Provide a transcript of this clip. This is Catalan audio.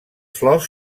flors